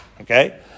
okay